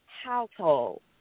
household